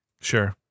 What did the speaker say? Sure